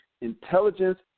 intelligence